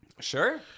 Sure